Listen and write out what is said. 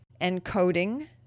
Encoding